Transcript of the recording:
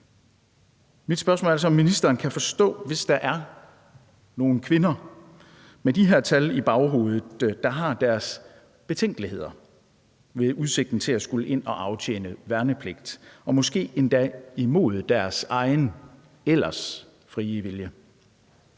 Mit spørgsmål er så, om ministeren kan forstå det, hvis der er nogle kvinder, der med de her tal i baghovedet har deres betænkeligheder ved udsigten til at skulle ind at aftjene værnepligt, måske endda imod deres egen ellers frie vilje.